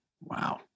Wow